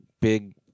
big